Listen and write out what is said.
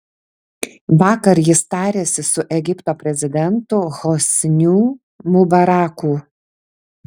vakar jis tarėsi su egipto prezidentu hosniu mubaraku